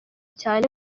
cyane